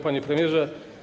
Panie Premierze!